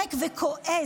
מתפרק וכועס.